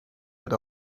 wird